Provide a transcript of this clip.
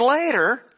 later